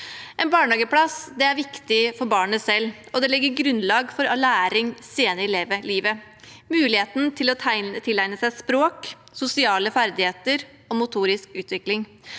En barnehageplass er viktig for barnet selv. Den legger grunnlag for læring senere i livet og gir mulighet til å tilegne seg språk, sosiale ferdigheter og motorisk utvikling.